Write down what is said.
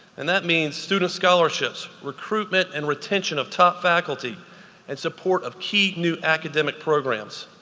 and that means student scholarships, recruitment and retention of top faculty and support of key new academic programs.